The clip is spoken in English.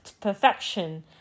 perfection